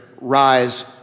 rise